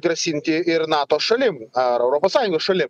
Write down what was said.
grasinti ir nato šalim ar europos sąjungos šalim